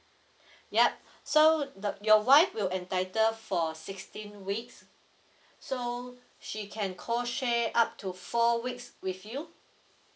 yup so the your wife will entitle for sixteen weeks so she can co share up to four weeks with you